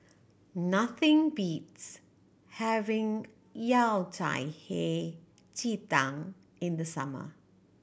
nothing beats having Yao Cai Hei Ji Tang in the summer